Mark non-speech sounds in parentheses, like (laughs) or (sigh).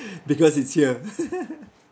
because it's here (laughs)